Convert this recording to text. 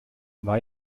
war